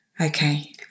okay